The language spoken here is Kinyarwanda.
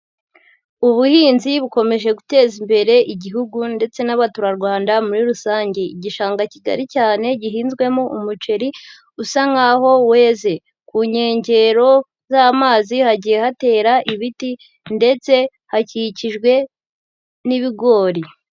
Ubuhinzi bukomeje guteza imbere Igihugu ndetse n'abaturarwanda muri rusange, igishanga kigari cyane gihinzwemo umuceri usa nkaho weze, ku nkengero z'amazi hagiye hatera ibiti ndetse hakikijwe n'ibigori.